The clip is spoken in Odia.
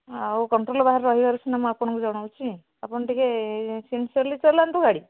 ଆଉ କଣ୍ଟ୍ରୋଲ ବାହାରେ ରହିବାରୁ ସିନା ମୁଁ ଆପଣଙ୍କୁ ଜଣାଉଛି ଆପଣ ଟିକେ ସିନ୍ସିୟର୍ଲି ଚଲାନ୍ତୁ ଗାଡ଼ି